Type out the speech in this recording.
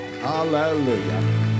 Hallelujah